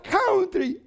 country